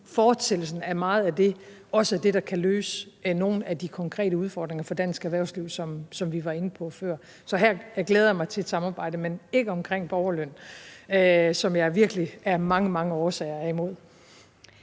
var i gang med i forvejen, også er det, der kan løse nogle af de konkrete udfordringer for dansk erhvervsliv, som vi var inde på før. Så her glæder jeg mig til et samarbejde, men ikke omkring borgerløn, som jeg virkelig af mange, mange årsager er imod.